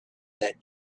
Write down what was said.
that